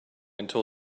until